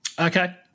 Okay